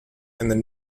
and